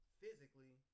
physically